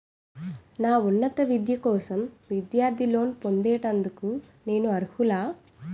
నా ఉన్నత విద్య కోసం విద్యార్థి లోన్ పొందేందుకు నేను అర్హులా?